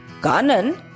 Kanan